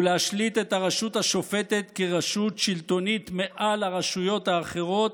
ולהשליט את הרשות השופטת כרשות שלטונית מעל הרשויות האחרות,